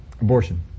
abortion